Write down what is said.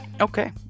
okay